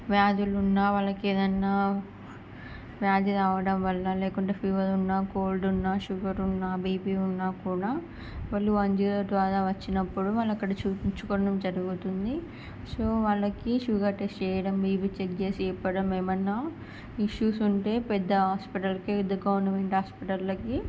వ్యాధులున్న వాళ్ళకి ఏదైనా వ్యాధి రావడం వల్ల లేకుంటే ఫీవర్ ఉన్న కోల్డ్ ఉన్న షుగర్ ఉన్న బిపి ఉన్నా కూడా వాళ్ళు వన్ జీరో ఎయిట్ ద్వారా వచ్చినప్పుడు వాళ్ళు అక్కడ చూపించుకోవడం జరుగుతుంది సో వాళ్ళకి షుగర్ టెస్ట్ చేయడం బీపి చెక్ చేసి చెప్పడం ఏమైనా ఇష్యూస్ ఉంటే పెద్ద హాస్పటల్కి గవర్నమెంట్ హాస్పటల్లకి